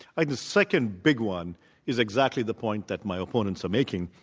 like the second big one is exactly the point that my opponents are making,